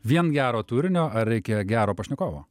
vien gero turinio ar reikia gero pašnekovo